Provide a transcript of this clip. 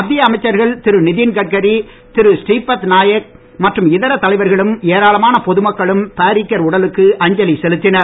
மத்திய அமைச்சர்கள் திரு நிதின்கட்காரி திரு ஸ்ரீபத் நாயக் மற்றும் இதர தலைவர்களும் ஏராளமான பொது மக்களும் பாரிக்கர் உடலுக்கு அஞ்சலி செலுத்தினர்